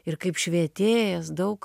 ir kaip švietėjas daug